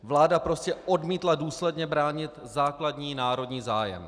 Vláda prostě odmítla důsledně bránit základní národní zájem.